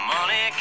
Money